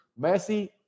Messi